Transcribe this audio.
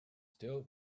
still